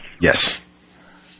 Yes